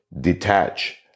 Detach